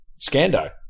Scando